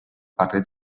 patria